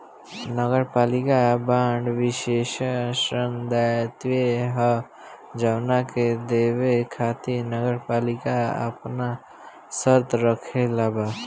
नगरपालिका बांड विशेष ऋण दायित्व ह जवना के देवे खातिर नगरपालिका आपन शर्त राखले बा